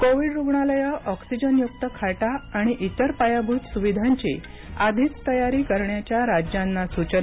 Covid रुग्णालयं ऑक्सीजनयुक्त खाटा आणि इतर पायाभूत सुविधांची आधीच तयारी करण्याच्या राज्यांना सूचना